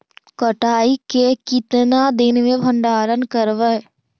कटाई के कितना दिन मे भंडारन करबय?